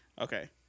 Okay